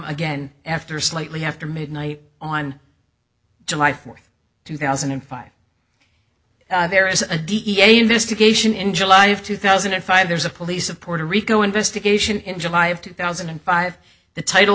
again after slightly have to midnight on july fourth two thousand and five there is a d n a investigation in july of two thousand and five there's a police of puerto rico investigation in july of two thousand and five the title